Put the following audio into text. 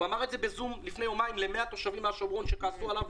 הוא אמר את זה בזום לפני יומיים ל-100 תושבים מהשומרון שכעסו עליו,